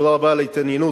תודה רבה על ההתעניינות,